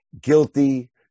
guilty